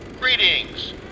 Greetings